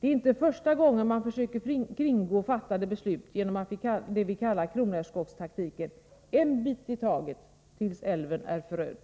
Det är inte första gången man försöker kringgå fattade beslut genom det vi kallar kronärtskockstaktiken: en bit i taget tills älven är förödd.